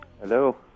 Hello